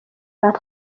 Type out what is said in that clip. بعد